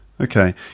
Okay